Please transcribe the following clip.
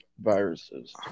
viruses